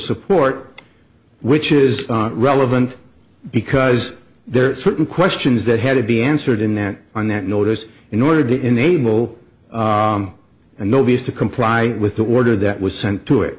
support which is relevant because there are certain questions that had to be answered in that on that notice in order to enable a notice to comply with the order that was sent to it